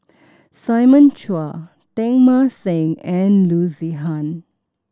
Simon Chua Teng Mah Seng and Loo Zihan